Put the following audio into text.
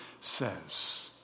says